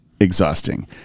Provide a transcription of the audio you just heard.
exhausting